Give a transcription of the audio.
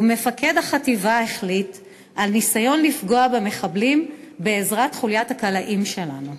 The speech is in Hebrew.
ומפקד החטיבה החליט על ניסיון לפגוע במחבלים בעזרת חוליית הקלעים שלנו.